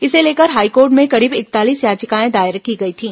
इसे लेकर हाईकोर्ट में करीब इकतालीस याचिकाएं दायर की गई थीं